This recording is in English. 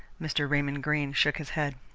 mr. raymond greene shook his head.